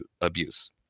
abuse